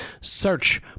Search